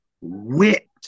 whipped